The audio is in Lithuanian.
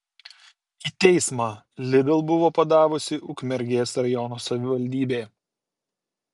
į teismą lidl buvo padavusi ukmergės rajono savivaldybė